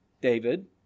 David